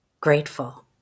Grateful